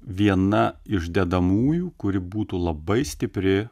viena iš dedamųjų kuri būtų labai stipri